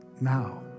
Now